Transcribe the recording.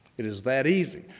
it is that easy.